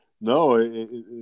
No